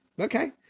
Okay